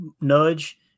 nudge